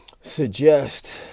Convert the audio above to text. suggest